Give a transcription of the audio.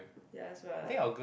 ya